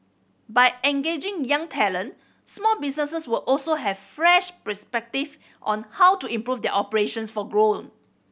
by engaging young talent small businesses will also have fresh perspective on how to improve their operations for growth